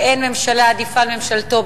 אין ממשלה עדיפה על ממשלתו,